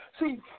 See